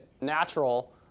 natural